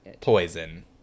poison